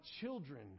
children